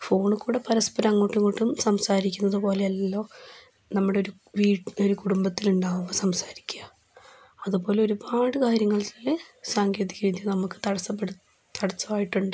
ഫോണിൽക്കൂടി പരസ്പരം അങ്ങോട്ടും ഇങ്ങോട്ടും സംസാരിക്കുന്നതുപോലെ അല്ലല്ലോ നമ്മുടെ ഒരു ഒരു കുടുംബത്തിൽ ഉണ്ടാവുമ്പോൾ സംസാരിക്കുക അതുപോലെ ഒരുപാട് കാര്യങ്ങളിൽ സാങ്കേതിക വിദ്യ നമുക്ക് തടസ്സപ്പെടുന്നു തടസ്സമായിട്ടുണ്ട്